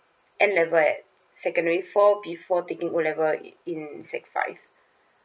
N level at secondary four before taking O level in sec five